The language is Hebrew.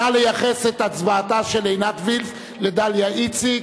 נא לייחס את הצבעתה של עינת וילף לדליה איציק,